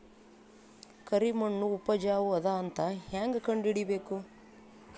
ಕರಿಮಣ್ಣು ಉಪಜಾವು ಅದ ಅಂತ ಹೇಂಗ ಕಂಡುಹಿಡಿಬೇಕು?